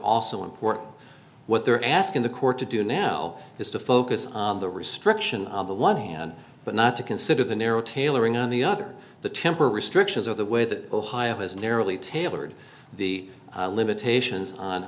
also important what they're asking the court to do now is to focus on the restriction of the one hand but not to consider the narrow tailoring on the other the temper restrictions or the way that ohio has narrowly tailored the limitations on